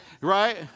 Right